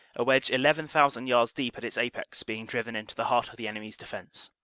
a wedge eleven thousand yards deep at its apex being driven into the heart of the enemy's defense.